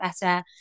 better